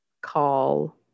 call